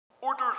Orders